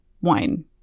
wine